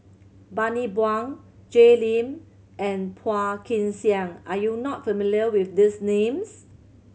Bani Buang Jay Lim and Phua Kin Siang are you not familiar with these names